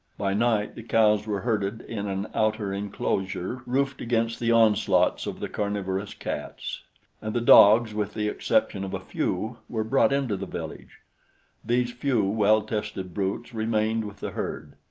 by night the cows were herded in an outer inclosure roofed against the onslaughts of the carnivorous cats and the dogs, with the exception of a few, were brought into the village these few well-tested brutes remained with the herd.